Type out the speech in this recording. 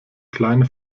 kleine